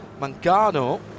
Mangano